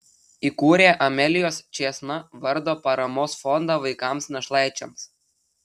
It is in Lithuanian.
įkūrė amelijos čėsna vardo paramos fondą vaikams našlaičiams